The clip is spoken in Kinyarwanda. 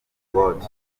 world